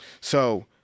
So-